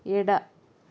ಎಡ